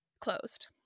closed